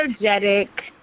energetic